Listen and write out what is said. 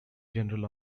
general